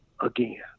again